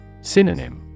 Synonym